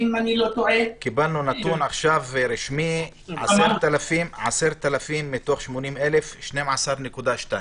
בדיוק.